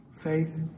faith